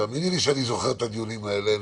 תאמיני לי שאני זוכר את הדיונים האלה.